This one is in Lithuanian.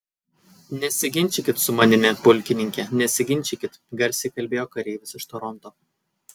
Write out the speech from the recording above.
nesiginčykit su manimi pulkininke nesiginčykit garsiai kalbėjo kareivis iš toronto